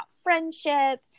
friendship